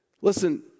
Listen